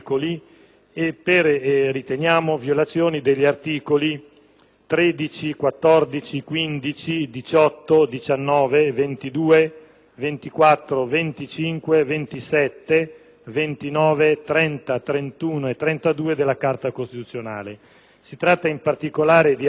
13, 14, 15, 18, 19, 22, 24, 25, 27, 29, 30, 31 e 32 della Carta costituzionale. Si tratta di articoli riguardanti i rapporti civili, i diritti e i doveri dei cittadini,